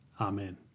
Amen